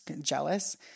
jealous